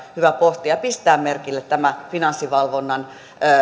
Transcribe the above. hyvä pohtia ja pistää merkille tämä finanssivalvonnan